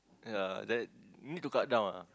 yeah that you need to cut down ah